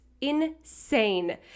Insane